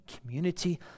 community